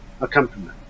accompaniment